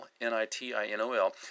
N-I-T-I-N-O-L